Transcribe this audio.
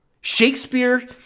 Shakespeare